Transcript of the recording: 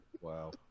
Wow